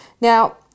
Now